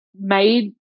made